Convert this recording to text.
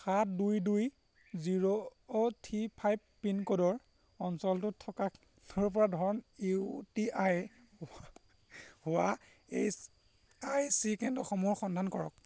সাত দুই দুই জিঅ' থ্ৰী ফ্ৰাইভ পিনক'ডৰ অঞ্চলটোত থকা কেন্দ্ৰৰ ধৰণ ইউ টি আই হোৱা ই এচ আই চি কেন্দ্ৰসমূহৰ সন্ধান কৰক